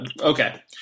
okay